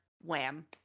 wham